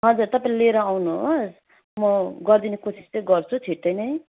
हजुर तपाईँले लिएर आउनुहोस् म गरिदिने कोसिस चाहिँ गर्छु छिट्टै नै